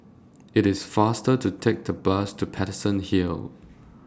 IT IS faster to Take The Bus to Paterson Hill